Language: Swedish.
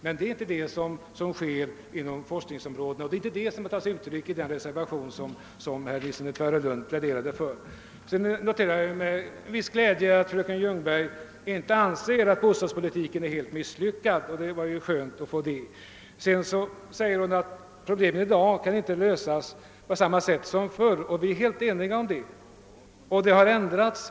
Men den saken behandlas inte på de olika forskningsområdena, och det är inte heller det som avses med förslaget i den reservation som herr Nilsson i Tvärålund pläderade för. Jag noterade med en viss glädje att fröken Ljungberg inte ansåg att bostadspolitiken var helt misslyckad — det var skönt att få veta det. Hon sade vidare att problemen i dag inte kan lösas på samma sätt som förr. Vi är helt eniga om den saken.